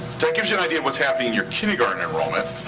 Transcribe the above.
that gives you an idea of what's happening in your kindergarten enrollment.